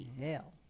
hell